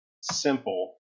simple